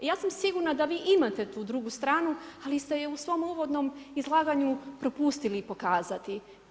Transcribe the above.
Ja sam sigurna da vi imate tu drugu stranu ali ste ju u svom uvodnom izlaganju propustili i pokazati.